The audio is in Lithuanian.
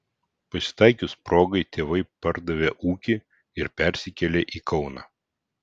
pasitaikius progai tėvai pardavė ūkį ir persikėlė į kauną